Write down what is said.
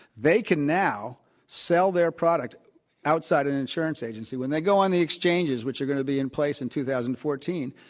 they can now sell theirproduct outside an insurance agency. when they go on the exchanges, which are going to be in place in two thousand and fourteen,